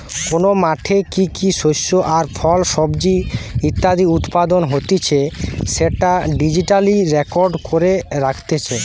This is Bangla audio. কোন মাঠে কি কি শস্য আর ফল, সবজি ইত্যাদি উৎপাদন হতিছে সেটা ডিজিটালি রেকর্ড করে রাখতিছে